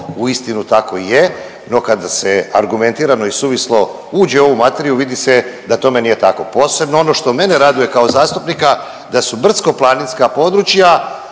uistinu tako i je, no kada se argumentirano i suvislo uđe u ovu materiju vidi se da tome nije tako, posebno ono što mene raduje kao zastupnika da su brdsko-planinska područja